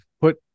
put